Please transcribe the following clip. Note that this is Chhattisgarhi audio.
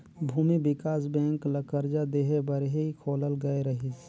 भूमि बिकास बेंक ल करजा देहे बर ही खोलल गये रहीस